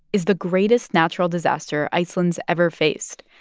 is the greatest natural disaster iceland's ever faced.